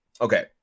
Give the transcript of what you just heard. Okay